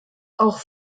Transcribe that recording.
auch